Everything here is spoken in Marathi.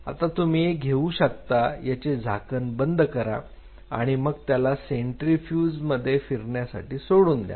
आता तुम्ही हे घेऊ शकता त्याचे झाकण बंद करा आणि मग त्याला सेंट्रीफ्यूज मध्ये फिरण्यासाठी सोडून द्या